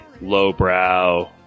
lowbrow